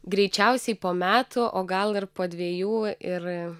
greičiausiai po metų o gal ir po dvejų ir